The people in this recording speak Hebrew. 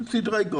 סדרי גודל.